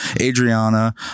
Adriana